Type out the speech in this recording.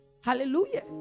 Hallelujah